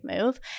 move